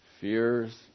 Fears